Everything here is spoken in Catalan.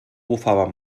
bufava